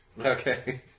Okay